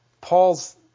Paul's